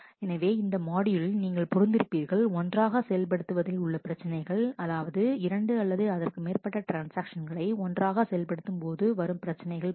எனவே இந்த மாட்யூலில் நீங்கள் புரிந்திருப்பீர்கள் ஒன்றாக செயல்படுத்துவதில் உள்ள பிரச்சினைகள் அதாவது இரண்டு அல்லது அதற்கு மேற்பட்ட ட்ரான்ஸ்ஆக்ஷன்களை ஒன்றாக செயல்படுத்தும்போது வரும் பிரச்சினைகளை பற்றி